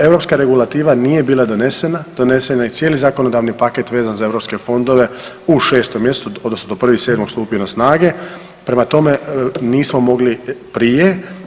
Europska regulativa nije bila donesena, donesena je cijeli zakonodavni paket vezan za europske fondove u 6. mjesecu odnosno 1.7. stupio na snage, prema tome nismo mogli prije.